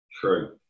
True